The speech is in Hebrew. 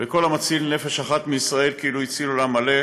וכל המציל נפש אחת בישראל כאילו הציל עולם מלא.